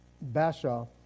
Bashaw